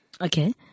Okay